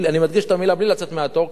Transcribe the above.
אני מדגיש את המלים "בלי לצאת מהתור",